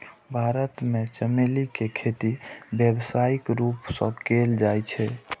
भारत मे चमेली के खेती व्यावसायिक रूप सं कैल जाइ छै